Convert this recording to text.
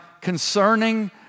concerning